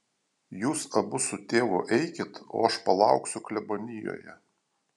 jūs abu su tėvu eikit o aš palauksiu klebonijoje